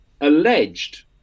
alleged